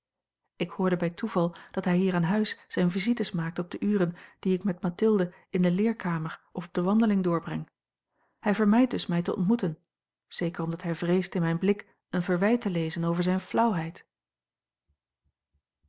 ik hoorde bij toeval dat hij hier aan huis zijne visites maakt op de uren die ik met mathilde in de leerkamer of op de wandeling doorbreng hij vermijdt dus mij te ontmoeten zeker omdat hij vreest in mijn blik een verwijt te lezen over zijne